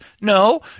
No